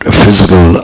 physical